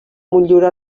motllura